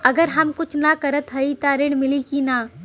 हम अगर कुछ न करत हई त ऋण मिली कि ना?